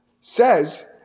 says